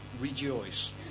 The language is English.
rejoice